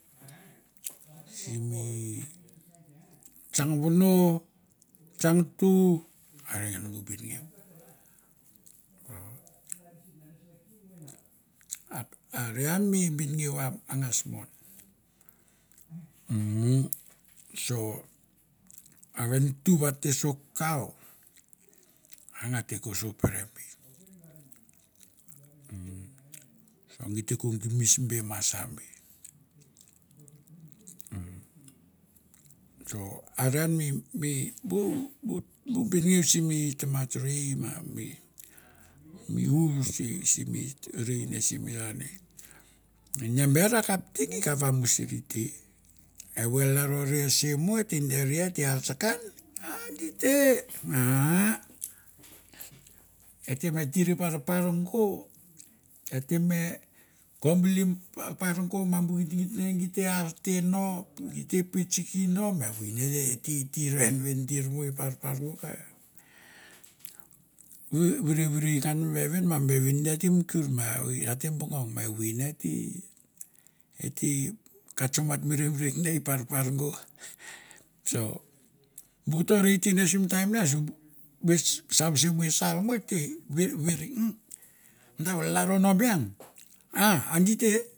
Simi tsang vono, tsang tu are an bu benengeu. Are an mi benengeu a angas mon 'umm' sor are e ntu va te so kau a nga te so ko pere ber'umm' gi te ko gimis be ma sa be 'umm' so are an mi mi bu bu bu benengeu simi tamat rei, ma mi um simi rei ne simi ra ne. Ine ber akapte gi kap vamusuri te, evoi a lalro rei ese mo, et te deri et te ar tskan adi te 'ahaa' et te me tir i parpar go, et te me kamli parpar go ma bu ngitngit ne git te arte no gi te pitsiki no ma evoi ne e tir venvendir mo i parpar go, virevirei ngan mi vevin, ma mi vevin di ate mutur ma evoi ma ate bongong ma evoi ne ete, ete katso mat meremerek ne i parpar go t < so bu koto rei te ne sim taim ne simbu ves sam se mo sar mo a ete ververe madar o lalro no be ian. Ah a di te.